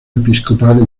episcopal